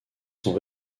sont